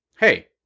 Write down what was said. Hey